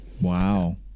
Wow